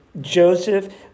Joseph